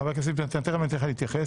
חבר הכנסת ביטן, תכף אתן לך להתייחס.